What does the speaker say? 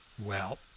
well,